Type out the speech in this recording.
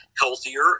healthier